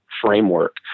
framework